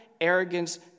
arrogance